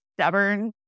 stubborn